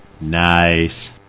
Nice